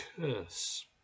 curse